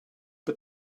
but